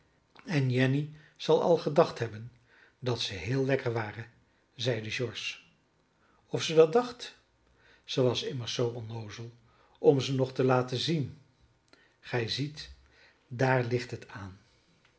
en jenny zal al gedacht hebben dat ze heel lekker waren zeide george of ze dat dacht zij was immers zoo onnoozel om ze nog te laten zien gij ziet daar ligt het aan